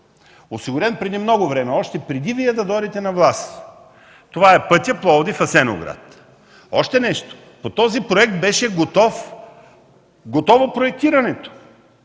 Осигурен преди много време, още преди Вие да дойдете на власт, това е пътят Пловдив – Асеновград. Още нещо, по този проект беше готово проектирането.